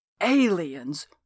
Aliens